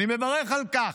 אני מברך על כך,